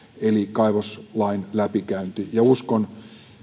eli kaivoslain läpikäynti uskon